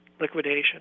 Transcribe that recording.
liquidation